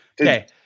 Okay